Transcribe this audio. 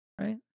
right